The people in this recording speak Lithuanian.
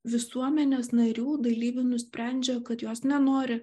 visuomenės narių dalyvių nusprendžia kad jos nenori